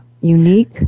Unique